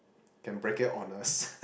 can bracket honours